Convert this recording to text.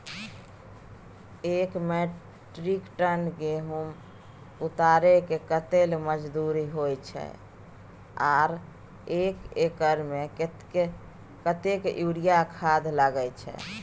एक metric tonne गेहूं उतारेके कतेक मजदूरी होय छै आर एक एकर में कतेक यूरिया खाद लागे छै?